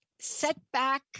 Setback